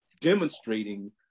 demonstrating